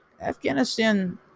Afghanistan